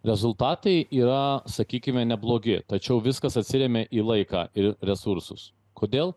rezultatai yra sakykime neblogi tačiau viskas atsiremia į laiką ir resursus kodėl